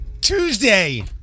Tuesday